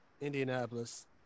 Indianapolis